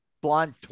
blonde